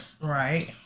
Right